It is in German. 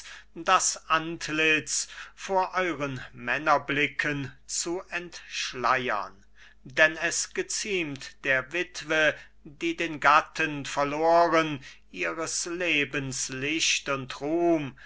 das antlitz vor euren männerblicken zu entschleiern denn es geziemt der wittwe die den gatten verloren ihres lebens licht und ruhm